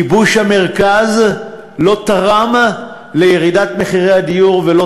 ייבוש המרכז לא תרם לירידת מחירי הדיור ולא